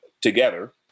together